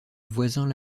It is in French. voisins